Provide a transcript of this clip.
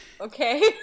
Okay